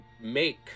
make